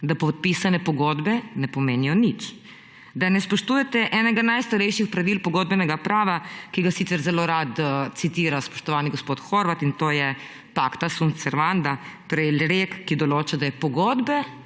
da podpisane pogodbe ne pomenijo nič, da ne spoštujete enega najstarejših pravil pogodbenega prava, ki ga sicer zelo rad citira spoštovani gospod Horvat, in to je, pacata sunt servanda, torej rek, ki določa, da je pogodbe,